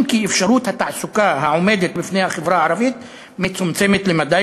כי אפשרות התעסוקה העומדת בפני החברה הערבית מצומצמת למדי,